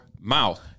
mouth